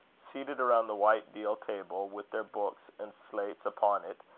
seated around the white deal table, with their books and slates upon it,